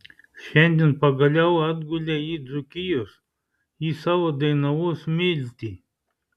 šiandien pagaliau atgulei į dzūkijos į savo dainavos smiltį